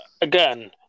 again